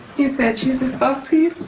you said jesus spoke to you?